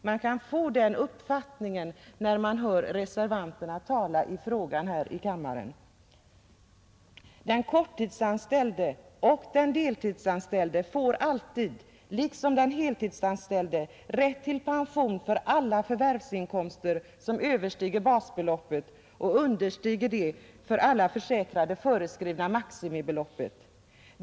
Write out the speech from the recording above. Man kan få den uppfattningen, när man hör reservanterna yttra sig i frågan här i kammaren. Den korttidsanställde och den deltidsanställde får alltid, liksom den heltidsanställde, rätt till pension för alla förvärvsinkomster, som överstiger basbeloppet och understiger det för alla försäkrade föreskrivna maximibeloppet.